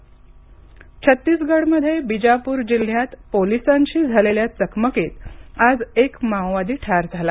छत्तीसगड छत्तीसगडमध्ये बिजापूर जिल्ह्यात पोलिसांशी झालेल्या चकमकीत आज एक माओवादी ठार झाला